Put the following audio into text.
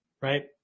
right